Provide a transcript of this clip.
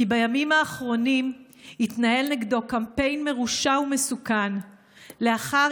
כי בימים האחרונים התנהל נגדו קמפיין מרושע ומסוכן לאחר